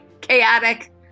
chaotic